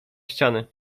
ściany